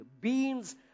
beans